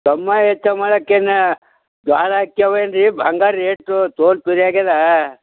ದಮ್ಮ ಹೆಚ್ಚು ಮಾಡೋಕೇನು ಜೋಳ ಅಕ್ಕಿ ಅವು ಏನು ರೀ ಬಂಗಾರ ರೇಟ್ ತೋಲ್ ಪಿರ್ಯಾಗದಾ